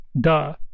duh